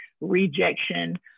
rejection